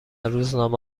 روزنامه